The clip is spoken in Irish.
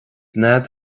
nead